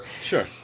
Sure